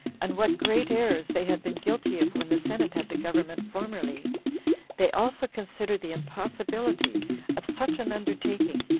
and what great errors they had been guilty of when the senate had the government formerly they also considered the impossibility of such an undertaking,